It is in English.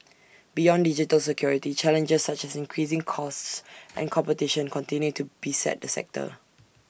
beyond digital security challenges such as increasing costs and competition continue to beset the sector